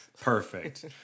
perfect